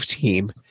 team